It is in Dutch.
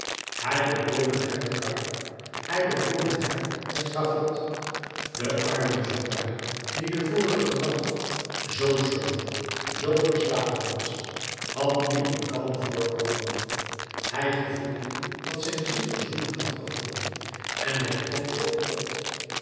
hij beklom met hem de kar hij beklom met hem het schavot de arme zondaar die den vorigen dag zoo somber zoo verslagen was had nu een kalm voorkomen hij gevoelde dat zijn ziel verzoening had gevonden en hij hoopte op god